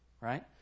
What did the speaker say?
Right